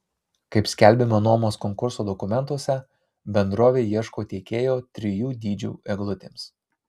kaip skelbiama nuomos konkurso dokumentuose bendrovė ieško tiekėjo trijų dydžių eglutėms